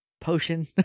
potion